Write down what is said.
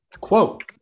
Quote